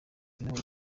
bimwe